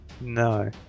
No